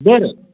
बरं